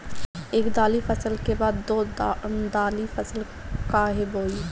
एक दाली फसल के बाद दो डाली फसल काहे बोई?